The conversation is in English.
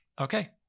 okay